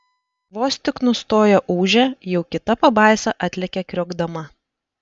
vos tik nustoja ūžę jau kita pabaisa atlekia kriokdama